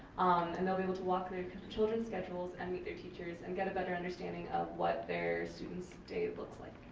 and they'll be able to walk through their children's schedules and meet their teachers and get a better understanding of what their students' day looks like.